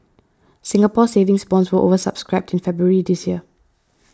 Singapore Saving Bonds were over subscribed in February this year